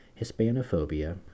Hispanophobia